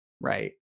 right